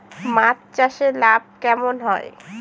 মাছ চাষে লাভ কেমন হয়?